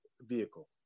vehicle